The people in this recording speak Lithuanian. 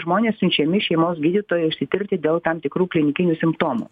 žmonės siunčiami šeimos gydytojo išsitirti dėl tam tikrų klinikinių simptomų